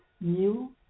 new